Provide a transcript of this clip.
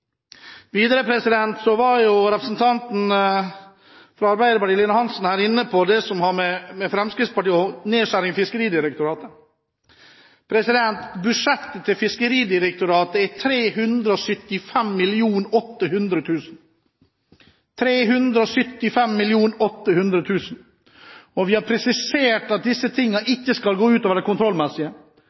Videre var representanten fra Arbeiderpartiet, Lillian Hansen, inne på det som har med Fremskrittspartiet og nedskjæringer i Fiskeridirektoratet å gjøre. Budsjettet til Fiskeridirektoratet er på 375 800 000 kr – 375 800 000 kr! Vi har presisert at disse tingene ikke skal gå ut over det kontrollmessige,